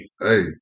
hey